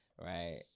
Right